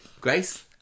Grace